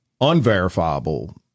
unverifiable